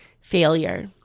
Failure